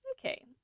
Okay